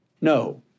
No